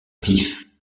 vif